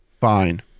Fine